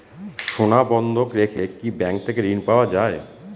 সোনা বন্ধক রেখে কি ব্যাংক থেকে ঋণ পাওয়া য়ায়?